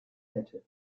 hätte